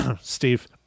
Steve